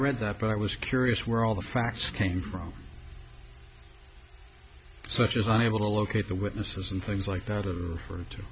read that but i was curious where all the facts came from such as unable to locate the witnesses and things like that for